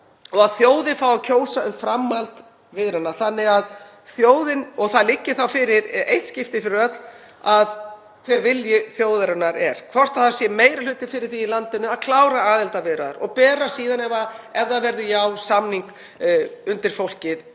þjóðin fái að kjósa um framhald viðræðna og það liggi þá fyrir í eitt skipti fyrir öll hver vilji þjóðarinnar er, hvort það sé meiri hluti fyrir því í landinu að klára aðildarviðræður og bera síðan, ef það verður já, samning undir fólkið